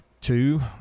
two